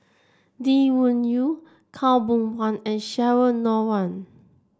Lee Wung Yew Khaw Boon Wan and Cheryl Noronha